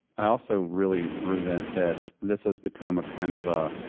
i also really resent that this has become a kind of a,